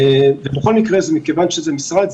בכל מקרה מכיוון שזה משרד,